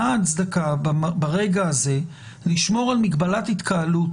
מה ההצדקה ברגע הזה לשמור על מגבלת התקהלות